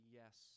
yes